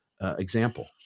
example